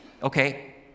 Okay